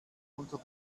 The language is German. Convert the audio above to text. unter